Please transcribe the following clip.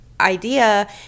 idea